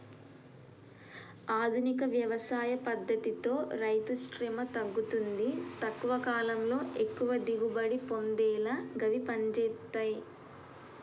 ఆధునిక వ్యవసాయ పద్దతితో రైతుశ్రమ తగ్గుతుంది తక్కువ కాలంలో ఎక్కువ దిగుబడి పొందేలా గివి పంజేత్తయ్